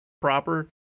proper